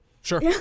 Sure